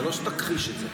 זה לא שתכחיש את זה.